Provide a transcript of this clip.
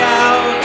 out